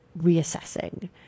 reassessing